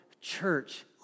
church